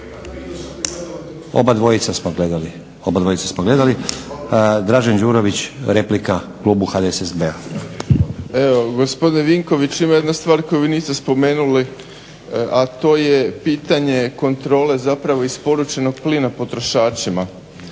Obadvojica smo gledali. Dražen Đurović, replika klubu HDSSB-a. **Đurović, Dražen (HDSSB)** Pa evo gospodine Vinković ima jedna stvar koju vi niste spomenuli a to je pitanje kontrole zapravo isporučenog plina potrošačima.